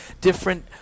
different